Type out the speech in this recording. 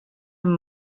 amb